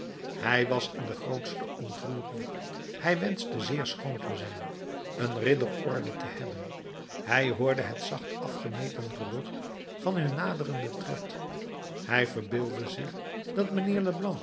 hij was in de grootste ontroering hij wenschte zeer schoon te zijn een ridderorde te hebben hij hoorde het zacht afgemeten gerucht van hun naderenden tred hij verbeeldde zich dat mijnheer